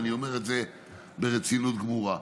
ואני אומר את זה ברצינות גמורה.